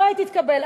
הבית התקבל.